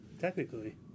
technically